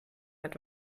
mit